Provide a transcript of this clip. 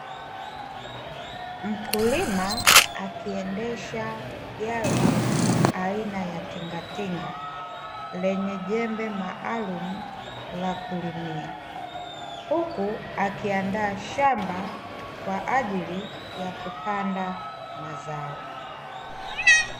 Mkulima akiendesha gari aina ya tingatinga lenye jembe maalumu la kulimia, huku akianda shamba kwaajili ya kupanda mazao.